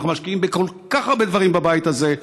אנחנו משקיעים בכל כך הרבה דברים בבית הזה,